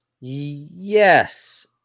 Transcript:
yes